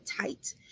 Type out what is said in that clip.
tight